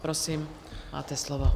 Prosím, máte slovo.